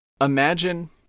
imagine